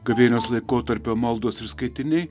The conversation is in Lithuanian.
gavėnios laikotarpio maldos ir skaitiniai